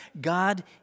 God